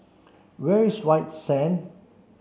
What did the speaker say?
where is White Sand